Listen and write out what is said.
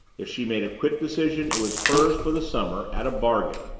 if she made a quick decision it was hers for the summer, at a bargain.